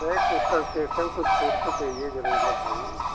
नहीं कुछ कंसेशन कुछ छूट तो चाहिए ज़रूर ना भाई